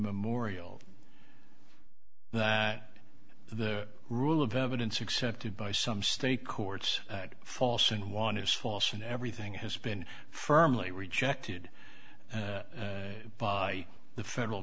immemorial that the rule of evidence accepted by some state courts false and one is false and everything has been firmly rejected by the federal